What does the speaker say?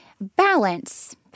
balance